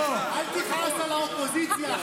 אבל אל תכעס על האופוזיציה.